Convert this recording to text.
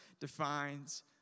defines